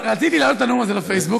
רציתי להעלות את הנאום הזה לפייסבוק.